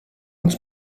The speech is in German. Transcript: uns